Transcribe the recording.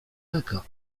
złego